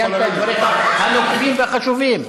סיימת את דבריך הנוקבים והחשובים.